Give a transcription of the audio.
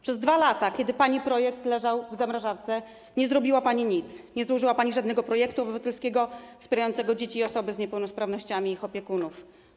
Przez 2 lata, kiedy pani projekt leżał w zamrażarce, nie zrobiła pani nic, nie złożyła pani żadnego projektu obywatelskiego wspierającego dzieci i osoby z niepełnosprawnościami i ich opiekunów.